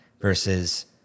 versus